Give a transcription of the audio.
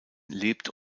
lebt